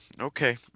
okay